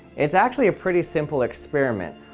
it's actually a pretty simple experiment.